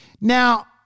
Now